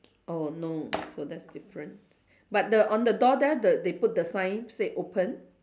oh no so that's different but the on the door there the they put the sign said open